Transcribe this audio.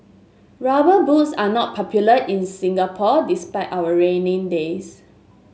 rubber boots are not popular in Singapore despite our rainy days